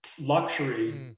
luxury